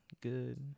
good